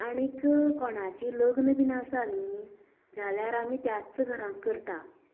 एक कोणाचें लग्न बीन आसा न्ही जाल्यार आमी त्याच घराक करता